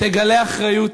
תגלה אחריות,